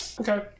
Okay